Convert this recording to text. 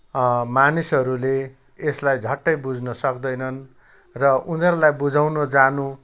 मानिसहरूले यसलाई झट्टै बुझ्न सक्दैनन् र उनीहरूलाई बुझाउन जानु